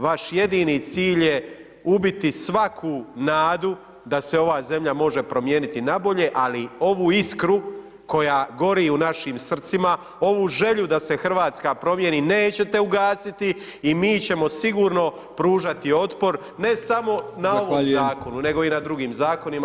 Vaš jedini cilj je ubiti svaku nadu da se ova zemlja može promijeniti nabolje, ali obu iskru koja gori u našim srcima, ovu želju da se RH promijeni nećete ugasiti i mi ćemo sigurno pružati otpor, ne samo na ovom [[Upadica: Zahvaljujem]] zakonu, nego i na drugim zakonima.